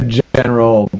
general